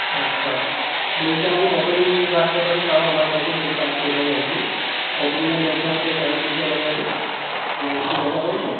আচ্ছা বইটা আমি কতদিন রাখতে পারি তাও আমার কাছে যদি রাখতে চাই আর কি কতদিনের মধ্যে আমাকে ফেরত দিতে হবে আরে এমন কিছু ব্যাপার রয়েছে